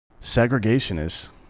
segregationist